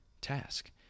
task